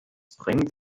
bringt